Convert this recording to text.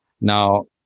Now